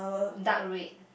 dark red